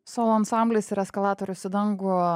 solo ansamblis ir eskalatorius į dangų